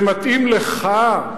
זה מתאים לך?